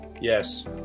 yes